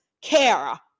care